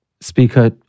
speaker